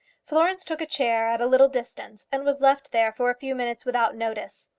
florence took a chair at a little distance, and was left there for a few minutes without notice.